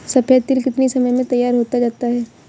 सफेद तिल कितनी समय में तैयार होता जाता है?